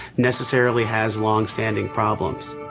necessarily has long-standing problems.